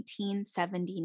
1979